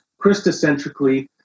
Christocentrically